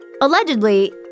Allegedly